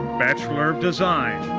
bachelor of design,